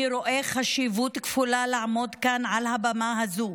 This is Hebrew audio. אני רואה חשיבות כפולה לעמוד כאן על הבמה הזאת,